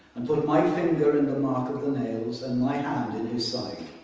and put my finger in the mark of the nails, and my hand in his side,